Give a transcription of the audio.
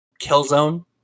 Killzone